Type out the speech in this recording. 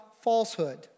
falsehood